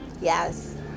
yes